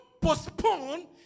postpone